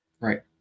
Right